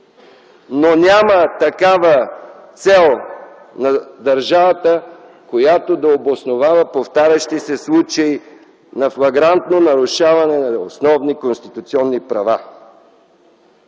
но няма такава цел на държавата, която да обосновава повтарящи се случаи на флагрантно нарушаване на основни конституционни права.